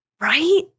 Right